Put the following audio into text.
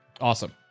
awesome